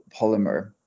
polymer